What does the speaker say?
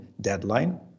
deadline